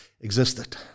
existed